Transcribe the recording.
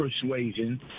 persuasion